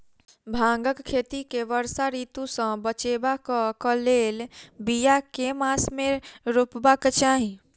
भांगक खेती केँ वर्षा ऋतु सऽ बचेबाक कऽ लेल, बिया केँ मास मे रोपबाक चाहि?